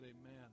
amen